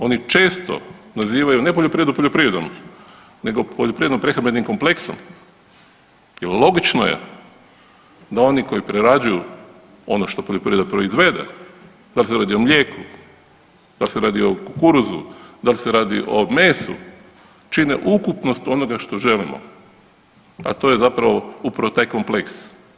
Oni često nazivaju ne poljoprivredu poljoprivredom, nego poljoprivredno-prehrambenim kompleksom jer logično je da oni koji prerađuju ono što poljoprivreda proizvede, da li se radi o mlijeku, da li se radi o kukuruzu, da li se radi o mesu, čine ukupnost onoga što želimo, a to je zapravo upravo taj kompleks.